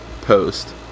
post